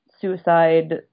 suicide